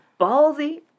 ballsy